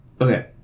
Okay